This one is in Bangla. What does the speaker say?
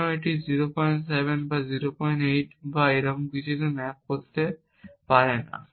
কেন এটি 07 08 বা এরকম কিছুতে ম্যাপ করতে পারে না